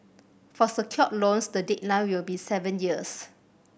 for secured loans the deadline will be seven years